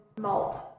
malt